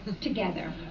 together